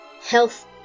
health